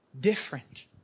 different